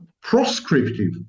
proscriptive